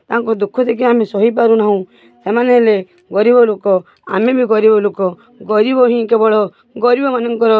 ତାଙ୍କ ଦୁଃଖ ଦେଖି ଆମେ ସହିପାରୁ ନାହୁଁ ସେମାନେ ହେଲେ ଗରିବ ଲୋକ ଆମେବି ଗରିବ ଲୋକ ଗରିବ ହିଁ କେବଳ ଗରିବ ମାନଙ୍କର